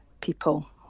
people